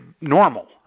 normal